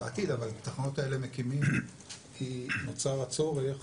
בעתיד, אבל את התחנות האלה מקימים כי נוצר הצורך